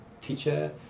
Teacher